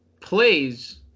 plays